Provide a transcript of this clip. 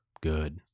Good